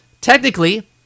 Technically